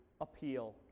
appeal